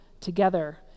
together